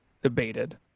debated